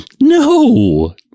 No